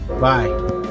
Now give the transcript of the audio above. Bye